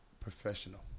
Professional